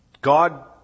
God